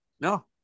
no